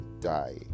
die